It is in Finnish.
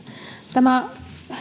tämä